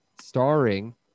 starring